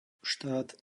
štát